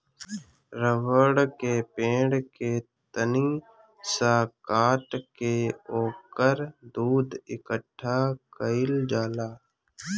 रबड़ के पेड़ के तनी सा काट के ओकर दूध इकट्ठा कइल जाला